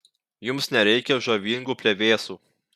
jums nereikia žavingų plevėsų